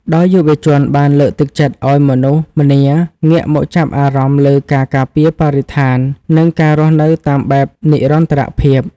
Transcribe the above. ដោយយុវជនបានលើកទឹកចិត្តឱ្យមនុស្សម្នាងាកមកចាប់អារម្មណ៍លើការការពារបរិស្ថាន និងការរស់នៅតាមបែបនិរន្តរភាព។